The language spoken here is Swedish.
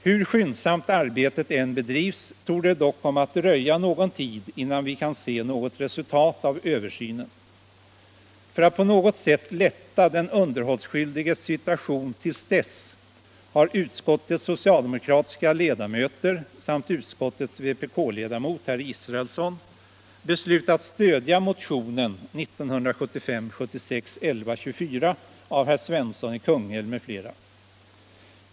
Hur skyndsamt arbetet än bedrivs torde det dock komma att dröja en tid innan vi kan se resultat av översynen. För att på något sätt lätta den underhållsskyldiges situation till dess har utskottets socialdemokratiska ledamöter samt utskottets vpk-ledamot herr Israelsson beslutat stödja motionen 1975/76:1124 av herr Svensson i Kungälv m.fl.